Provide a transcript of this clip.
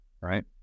right